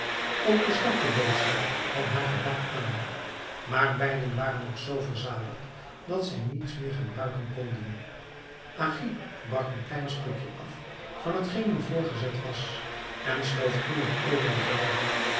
ook den zwarte bood zij van haar gebak aan maar beide waren nog zoo verzadigd dat zij niets meer gebruiken konden agib brak een klein stukje af van hetgeen hem voorgezet was en schoof toen het overige weg